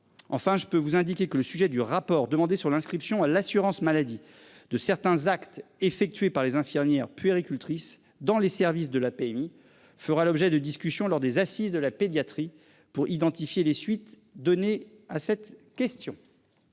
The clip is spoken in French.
Enfin je peux vous indiquer que le sujet du rapport demandé sur l'inscription à l'assurance maladie de certains actes effectués par les infirmières puéricultrices dans les services de la PMI fera l'objet de discussions lors des Assises de la pédiatrie pour identifier les suites données à cette question.